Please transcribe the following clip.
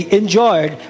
enjoyed